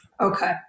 okay